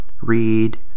read